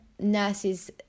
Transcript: nurses